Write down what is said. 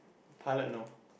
pilot no